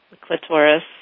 Clitoris